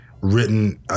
written